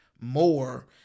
more